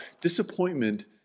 disappointment